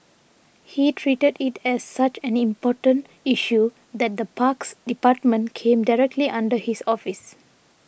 he treated it as such an important issue that the parks department came directly under his office